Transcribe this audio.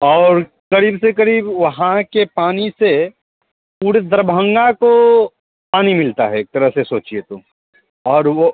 और क़रीब से क़रीब वहाँ के पानी से पुरे दरभंगा को पानी मिलता है एक तरह से सोचिए तो और वो